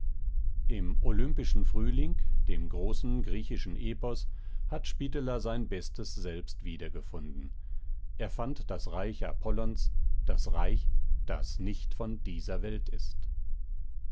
im olympischen frühling dem großen griechischen epos hat spitteler sein bestes selbst wiedergefunden er fand das reich apollos das reich das nicht von dieser welt ist